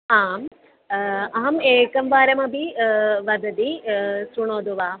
आम् अहम् एकं वारमपि वदति शृणोति वा